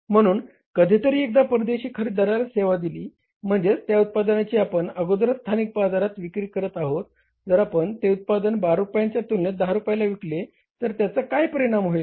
म्हणून कधी तरी एकदा परदेशी खरेदीदाला सेवा दिली म्हणजेच ज्या उत्पादनाची आपण अगोदरच स्थानिक बाजारात विक्री करत आहोत जर आपण ते उत्पादन 12 रूपयांच्या तुलनेत 10 रुपयाला विकले तर त्याचा काय परिणाम होईल